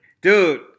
Dude